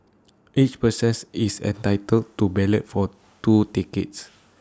each persons is entitled to ballot for two tickets